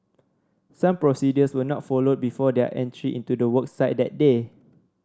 some procedures were not followed before their entry into the work site that day